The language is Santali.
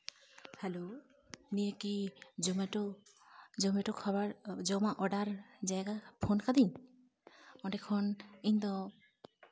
ᱦᱮᱞᱳ ᱱᱤᱭᱟᱹ ᱠᱚ ᱡᱚᱢᱮᱴᱳ ᱡᱚᱢᱮᱴᱳ ᱠᱷᱟᱵᱟᱨ ᱡᱚᱢᱟᱜ ᱚᱰᱟᱨ ᱡᱟᱭᱜᱟ ᱯᱷᱳᱱ ᱠᱟᱹᱫᱟᱹᱧ ᱚᱸᱰᱮᱠᱷᱚᱱ ᱤᱧ ᱫᱚ